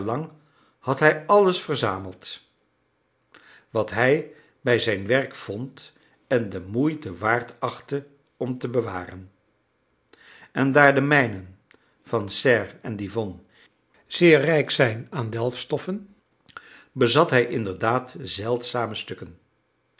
had hij alles verzameld wat hij bij zijn werk vond en de moeite waard achtte om te bewaren en daar de mijnen van cère en divonne zeer rijk zijn aan delfstoffen bezat hij inderdaad zeldzame stukken